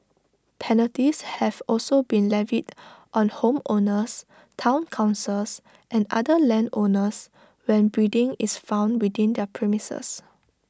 penalties have also been levied on homeowners Town councils and other landowners when breeding is found within their premises